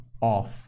off